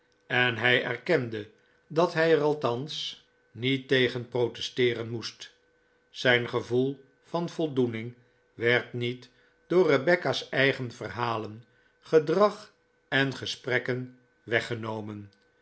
en hij erkende dat hij er althans niet tegen protesteeren moest zijn gevoel van voldoening werd niet door rebecca's eigen verhalen gedrag en gesprekken weggenomen